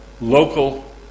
local